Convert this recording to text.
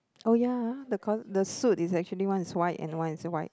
oh ya ah the coll~ the suit is actually one is white and one is wide